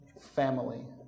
family